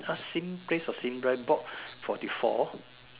uh Sim place or Sim drive block forty four